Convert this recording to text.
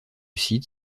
site